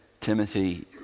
Timothy